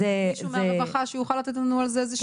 מישהו מהרווחה יוכל לתת לנו על זה איזה משפט.